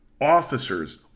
officers